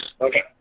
Okay